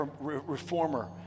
reformer